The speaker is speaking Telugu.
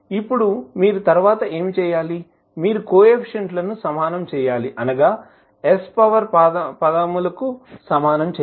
ఇప్పుడు మీరు తరువాత ఏమి చేయాలి మీరు కోఎఫిసిఎంట్ ల ను సమానం చేయాలి అనగా s పవర్ పాదములకు సమానం చేయాలి